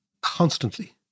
constantly